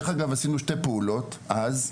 דרך אגב עשינו שתי פעולות אז,